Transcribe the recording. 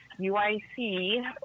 UIC